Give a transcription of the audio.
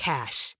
Cash